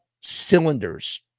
cylinders